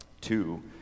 two